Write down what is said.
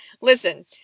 Listen